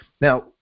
Now